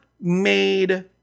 made